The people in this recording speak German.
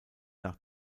nach